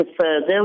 further